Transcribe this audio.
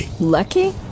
Lucky